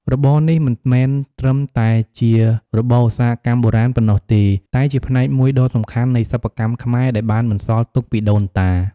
របរនេះមិនមែនត្រឹមតែជារបរឧស្សាហកម្មបុរាណប៉ុណ្ណោះទេ តែជាផ្នែកមួយដ៏សំខាន់នៃសិប្បកម្មខ្មែរដែលបានបន្សល់ទុកពីដូនតា។